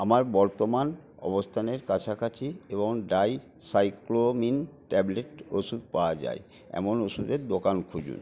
আমার বর্তমান অবস্থানের কাছাকাছি এবং ডাইসাইক্লোমিন ট্যাবলেট ওষুধ পাওয়া যায় এমন ওষুধের দোকান খুঁজুন